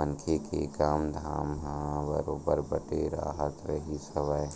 मनखे के काम धाम ह बरोबर बटे राहत रिहिस हवय